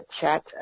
chat